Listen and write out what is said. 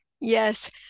Yes